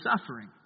suffering